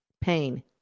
pain